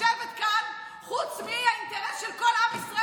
איזה אינטרס אישי יש לי לשבת כאן חוץ מהאינטרס של כל עם ישראל,